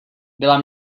byla